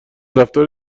رفتار